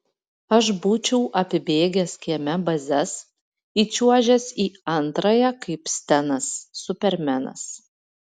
aš būčiau apibėgęs kieme bazes įčiuožęs į antrąją kaip stenas supermenas